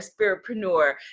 spiritpreneur